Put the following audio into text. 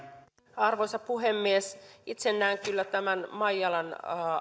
arvoisa puhemies itse näen kyllä tämän maijalan